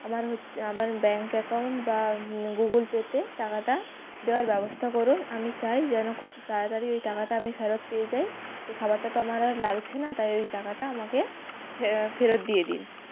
আমার হচ্ছে আমার ব্যাঙ্ক অ্যাকাউন্ট বা গুগল পেতে টাকাটা দেওয়ার ব্যবস্থা করুন আমি চাই যেন খুব তাড়াতাড়ি ওই টাকাটা আমি ফেরত পেয়ে যায় ওই খাবারটা তো আমার আর লাগছে না তাই ওই টাকাটা আমাকে ফেরত দিয়ে দিন